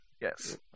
Yes